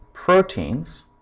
Proteins